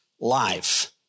life